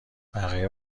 بقیه